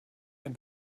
ein